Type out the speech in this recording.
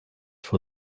for